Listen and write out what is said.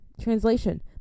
translation